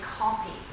copy